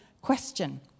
question